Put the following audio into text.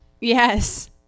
Yes